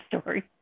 story